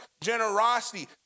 generosity